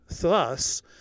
Thus